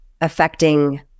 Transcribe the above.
affecting